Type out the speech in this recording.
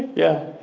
yeah,